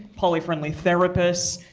poly-friendly therapists,